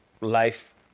life